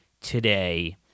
today